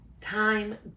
Time